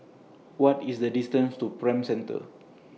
What IS The distance to Prime Centre